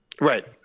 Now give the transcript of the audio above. Right